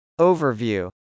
Overview